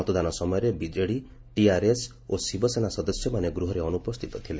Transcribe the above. ମତଦାନ ସମୟରେ BJD TRS ଓ ଶିବସେନା ସଦସ୍ୟମାନେ ଗୃହରେ ଅନୁପସ୍ଥିତ ଥିଲେ